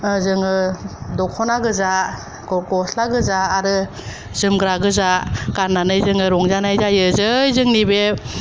जोङो दख'ना गोजा गसला गोजा आरो जोमग्रा गोजा गाननानै जोङो रंजानाय जायो जै जोंनि बे